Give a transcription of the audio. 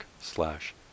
slash